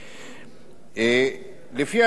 לפי ההצעה המונחת בפניכם,